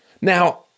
Now